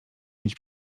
mieć